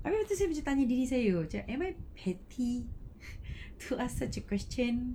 I mean macam saya macam tanya diri saya am I petty to ask such a question